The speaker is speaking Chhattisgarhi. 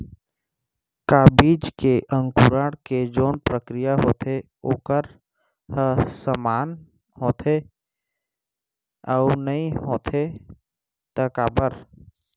का हर बीज के अंकुरण के जोन प्रक्रिया होथे वोकर ह समान होथे, अऊ नहीं होथे ता काबर?